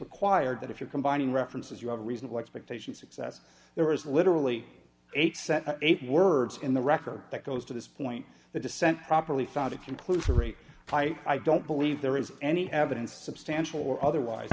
required that if you're combining references you have a reasonable expectation success there was literally eighty eight words in the record that goes to this point the descent properly founded conclusory type i don't believe there is any evidence substantial or otherwise